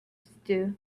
stew